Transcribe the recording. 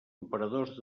operadors